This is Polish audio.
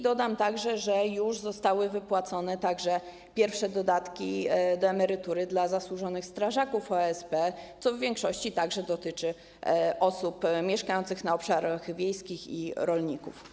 Dodam także, że już zostały wypłacone pierwsze dodatki do emerytury dla zasłużonych strażaków OSP, co w większości dotyczy osób mieszkających na obszarach wiejskich i rolników.